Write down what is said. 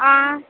ஆ